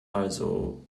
also